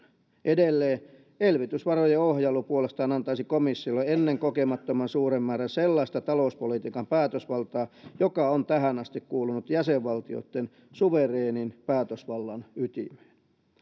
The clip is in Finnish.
edelleen elvytysvarojen ohjailu puolestaan antaisi komissiolle ennen kokemattoman suuren määrän sellaista talouspolitiikan päätösvaltaa joka on tähän asti kuulunut jäsenvaltioiden suvereenin päätösvallan ytimeen